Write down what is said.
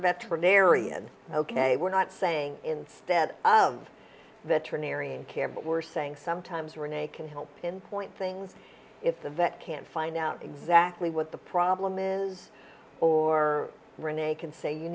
veterinarian ok we're not saying instead of veterinarian care but we're saying sometimes renee can help pinpoint things if the vet can't find out exactly what the problem is or rene can say you